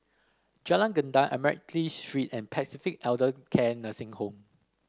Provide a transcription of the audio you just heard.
Jalan Gendang Admiralty Street and Pacific Elder Care Nursing Home